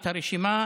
את הרשימה,